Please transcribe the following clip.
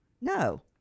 No